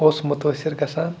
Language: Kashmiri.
اوس مُتٲثر گژھان